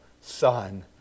Son